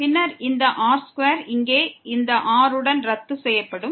பின்னர் இந்த r2 இங்கே இந்த r உடன் ரத்து செய்யப்படும்